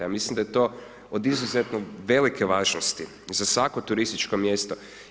Ja mislim da je to od izuzetno velike važnosti za svako turističko mjesto.